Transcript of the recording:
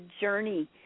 journey